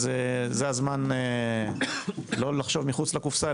אז זה הזמן לא לחשוב מחוץ לקופסה,